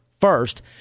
First